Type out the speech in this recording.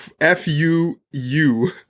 F-U-U